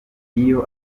iyo